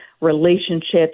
relationships